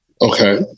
Okay